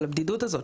אבל הבדידות הזאת,